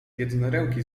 jednoręki